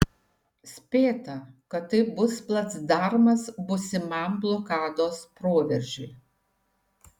spėta kad tai bus placdarmas būsimam blokados proveržiui